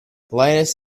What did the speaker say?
linus